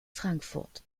frankfurt